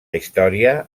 història